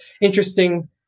interesting